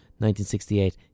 1968